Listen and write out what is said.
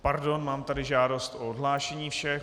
Pardon, mám tady žádost o odhlášení všech.